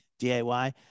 DIY